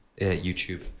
YouTube